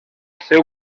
seu